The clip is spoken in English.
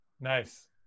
Nice